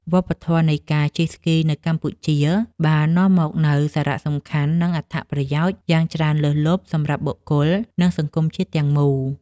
វប្បធម៌នៃការជិះក្ដារស្គីនៅកម្ពុជា បាននាំមកនូវសារៈសំខាន់ និងអត្ថប្រយោជន៍យ៉ាងច្រើនលើសលប់សម្រាប់បុគ្គល និងសង្គមជាតិទាំងមូល។